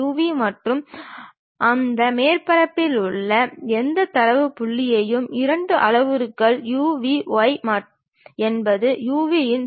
முதன்மையான அல்லது முக்கியமான தளங்கள் செங்குத்து மற்றும் கிடைமட்ட தளங்களாகும்